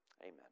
Amen